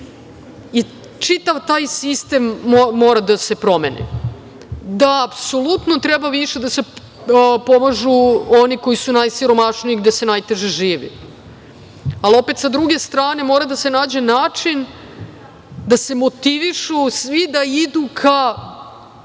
lošiji. Čitav taj sistem mora da se promeni, da apsolutno treba više da se pomažu oni koji su najsiromašniji, gde se najteže živi. Ali, opet, sa druge strane, mora da se nađe način da se motivišu svi da idu ka